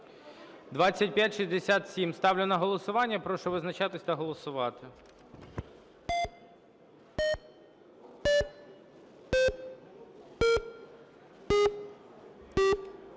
Ставлю на голосування 2579. Прошу визначатись та голосувати.